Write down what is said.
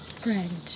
friend